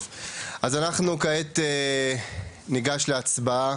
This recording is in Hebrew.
אנחנו כעת ניגש להצבעה